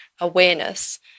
awareness